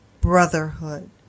Brotherhood